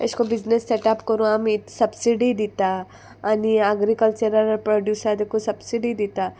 एशकोन्न business setup कोरूं आमी सबसिडी दिता आनी एग्रीकल्चरल प्रोड्युसा देखून सबसिडी दिता